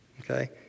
Okay